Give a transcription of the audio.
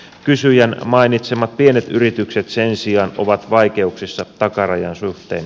kysyjän mainitsemat pienet yritykset sen sijaan ovat vaikeuksissa takarajan suhteen